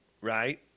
Right